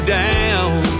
down